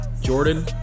Jordan